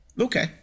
Okay